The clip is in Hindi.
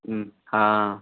हाँ